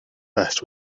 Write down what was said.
best